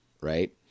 right